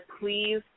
please